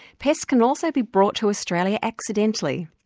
pests can also be brought to australia accidentally.